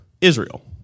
Israel